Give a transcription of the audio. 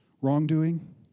wrongdoing